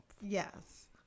Yes